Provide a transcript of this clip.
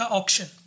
auction